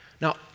Now